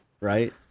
right